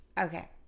Okay